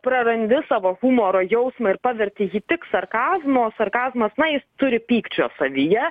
prarandi savo humoro jausmą ir paverti jį tik sarkazmu o sarkazmas na jis turi pykčio savyje